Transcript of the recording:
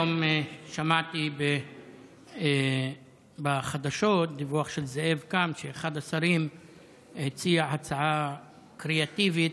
היום שמעתי בחדשות דיווח של זאב קם שאחד השרים הציע הצעה קריאטיבית,